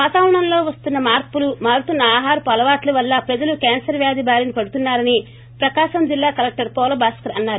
వాతావరణంలో వస్తున్న మార్పులు మారుతున్న ఆహారపు అలవాట్లు వల్ల ప్రజలు క్యాన్సర్ వ్యాధి బారిన పడుతున్నారని ప్రకాశం జిల్లా కలెక్టర్ పోల భాస్కర్ అన్సారు